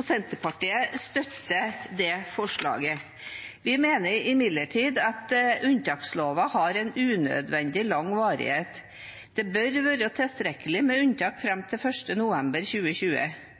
Senterpartiet støtter det forslaget. Vi mener imidlertid at unntaksloven har en unødvendig lang varighet. Det bør være tilstrekkelig med unntak fram til